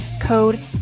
code